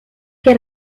que